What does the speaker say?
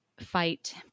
fight